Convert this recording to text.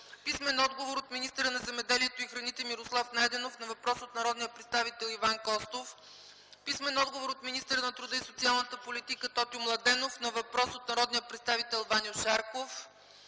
Писмен отговор от министъра на земеделието и храните Мирослав Найденов на въпрос от народния представител Иван Костов. Писмен отговор от министъра на труда и социалната политика Тотю Младенов на въпрос от народния представител Ваньо Шарков.